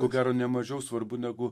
ko gero ne mažiau svarbu negu